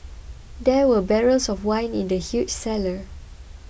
there were barrels of wine in the huge cellar